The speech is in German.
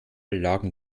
lagen